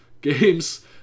games